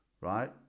Right